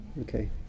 okay